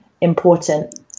important